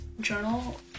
journal